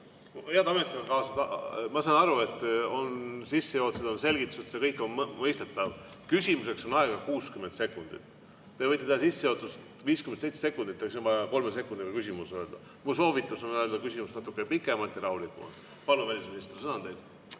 Head ametikaaslased, ma saan aru, et on sissejuhatused, on selgitused, see kõik on mõistetav. Küsimiseks on aega 60 sekundit. Te võite teha sissejuhatust 57 sekundit, aga siis on vaja kolme sekundiga küsimus öelda. Mu soovitus on öelda küsimus natuke pikemalt ja rahulikumalt. Palun, välisminister, sõna on teil!